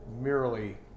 merely